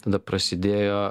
tada prasidėjo